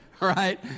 right